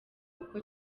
uko